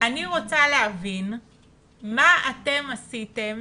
אני רוצה להבין מה אתם עשיתם